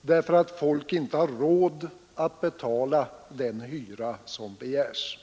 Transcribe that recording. därför att folk inte har råd att betala den hyra som begärs.